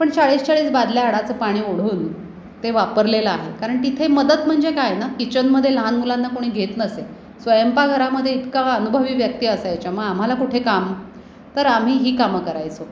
पण चाळीस चाळीस बादल्या आडाचं पाणी ओढून ते वापरलेलं आहे कारण तिथे मदत म्हणजे काय ना किचनमध्ये लहान मुलांना कोणी घेत नसे स्वयंपाकघरामध्ये इतका अनुभवी व्यक्ती असायच्यामुळे आम्हाला कुठे काम तर आम्ही ही कामं करायचो